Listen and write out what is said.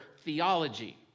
theology